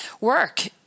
work